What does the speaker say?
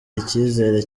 icyizere